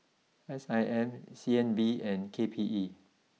S I M C N B and K P E